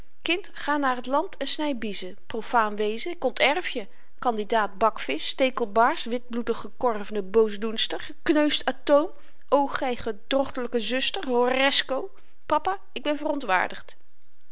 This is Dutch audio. ga naar t land en sny biezen profaan wezen ik ontërf je kandidaat bakvisch stekelbaars witbloedig gekorvene boosdoenster gekneusd atoom o gy gedrochtelyke zuster horresco papa ik ben